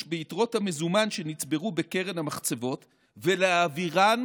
ביתרות המזומן שנצברו בקרן המחצבות ולהעבירן